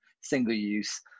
single-use